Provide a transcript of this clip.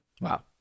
Wow